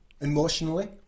emotionally